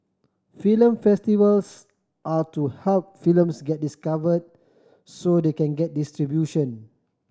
film festivals are to help films get discover so they can get distribution